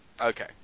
Okay